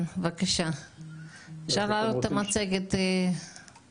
תציג לנו בבקשה נתונים ומה האפשרויות לאזרחים להיבדק.